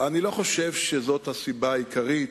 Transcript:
אני לא חושב שזאת הסיבה העיקרית,